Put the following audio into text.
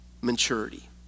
maturity